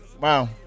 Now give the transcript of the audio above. wow